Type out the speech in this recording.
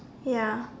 ya